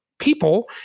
people